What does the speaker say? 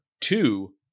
two